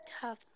tough